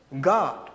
God